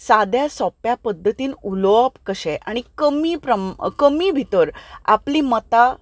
साद्या सोंप्या पद्दतीन उलोवप कशें आनी कमी कमी भितर आपलीं मतां